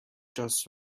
just